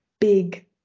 big